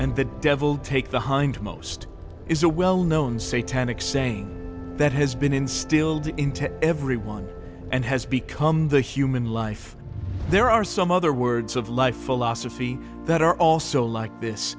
and the devil take the hindmost is a well known say tanach saying that has been instilled into everyone and has become the human life there are some other words of life philosophy that are also like this